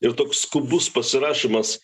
ir toks skubus pasirašymas